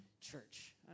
church